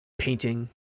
painting